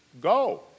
go